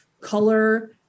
color